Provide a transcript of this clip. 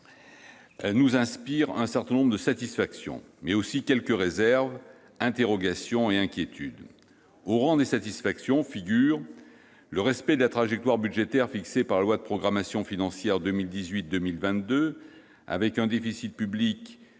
nous inspire un certain nombre de satisfactions, mais aussi quelques réserves, interrogations et inquiétudes. Au rang des satisfactions figurent : le respect de la trajectoire budgétaire fixée dans la loi de programmation financière pour les années 2018 à 2022, avec un déficit public